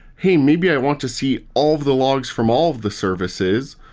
hey, maybe i want to see all the logs from all the services.